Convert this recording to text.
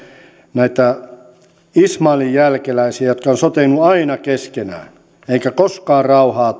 näitä ismailin jälkeläisiä jotka ovat sotineet aina keskenään eikä koskaan rauhaa